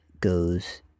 goes